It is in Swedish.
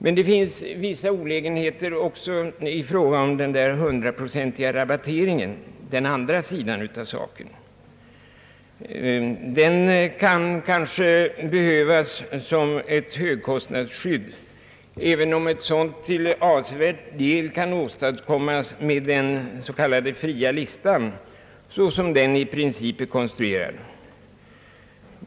Men den andra sidan av saken är att också den hundraprocentiga rabatteringen innebär vissa olägenheter. Kanske behövs den som ett högkostnadsskydd, även om ett sådant till avsevärd del kan åstadkommas med den s.k. fria listan, så som den i princip är konstruerad.